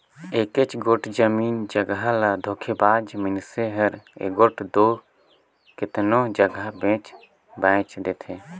एकेच गोट जमीन जगहा ल धोखेबाज मइनसे हर एगोट दो केतनो जगहा बेंच बांएच देथे